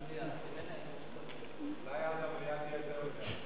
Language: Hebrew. ההצעה לכלול את הנושא